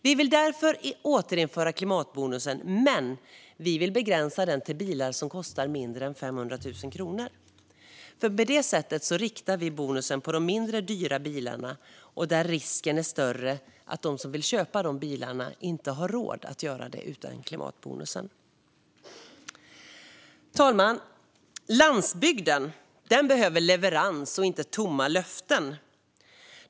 Centerpartiet vill återinföra klimatbonusen men begränsa den till bilar som kostar mindre än 500 000 kronor. Därmed riktas klimatbonusen till dem som annars inte skulle ha råd att köpa en laddbar bil. Herr talman! Landsbygden behöver leverans och inte tomma löften.